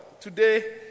Today